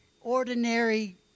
ordinary